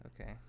Okay